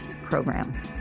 program